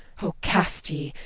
oh cast ye,